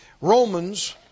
Romans